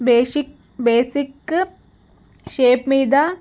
basic basic shape మీద